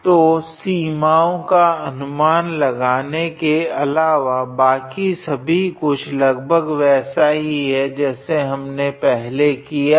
तो सीमाओं का अनुमान लगाने के अलावा बाकि सभी कुछ लगभग वैसा ही है जैसा हमने पहले किया है